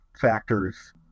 factors